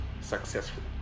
successful